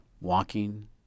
Walking